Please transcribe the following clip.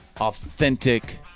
authentic